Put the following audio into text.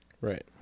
Right